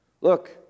look